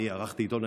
אני ערכתי עיתון,